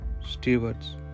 stewards